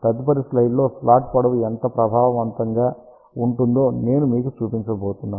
తదుపరి స్లైడ్లో స్లాట్ పొడవు ఎంత ప్రభావవంతంగా ఉంటుందో నేను మీకు చూపించబోతున్నాను